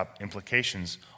implications